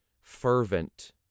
fervent